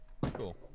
Cool